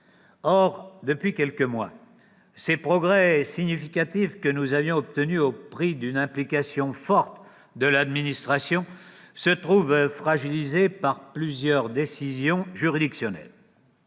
Or, depuis quelques mois, ces progrès significatifs, que nous avions obtenus au prix d'une implication forte de l'administration, se trouvent fragilisés par plusieurs décisions juridictionnelles.